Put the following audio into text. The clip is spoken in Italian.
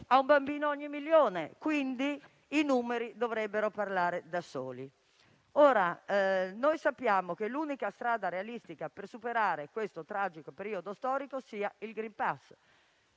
ad un bambino ogni milione, quindi i numeri dovrebbero parlare da soli. Sappiamo che l'unica strada realistica per superare questo tragico periodo storico è il *green pass*.